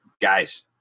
Guys